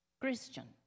Christian